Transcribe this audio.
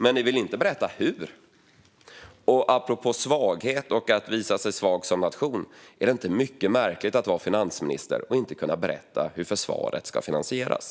Men ni vill inte berätta hur. Apropå svaghet och att visa sig svag som nation: Är det inte mycket märkligt att vara finansminister och inte kunna berätta hur försvaret ska finansieras?